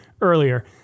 earlier